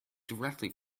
directly